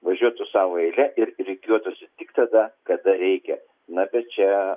važiuotų savo eile ir rikiuotųsi tik tada kada reikia na bet čia